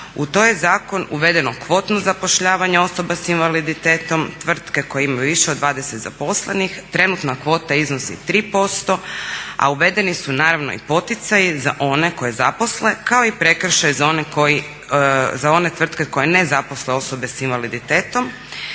U taj je zakon uvedeno kvotno zapošljavanje osoba sa invaliditetom, tvrtke koje imaju više od 20 zaposlenih, trenutna kvota iznosi 3% a uvedeni su naravno i poticaji za one koje zaposle kao i prekršaj za one tvrtke koje ne zaposlen osobe sa invaliditetom.